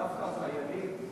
אז דווקא החיילים,